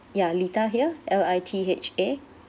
ya litha here L I T H A